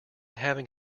having